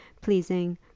pleasing